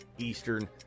Eastern